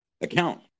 account